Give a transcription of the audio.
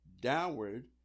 downward